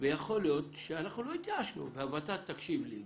יכול להיות שאנחנו לא התייאשנו והות"ת תקשיב לי גם.